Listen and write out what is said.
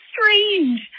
strange